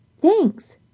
thanks